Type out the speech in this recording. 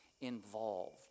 Involved